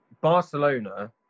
Barcelona